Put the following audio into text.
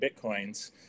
Bitcoins